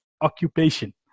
occupation